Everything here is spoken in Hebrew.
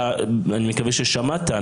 אני מקווה ששמעת.